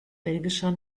belgischer